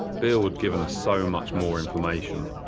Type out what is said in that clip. bill had given us so much more information.